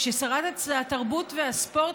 כששרת התרבות והספורט,